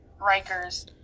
Riker's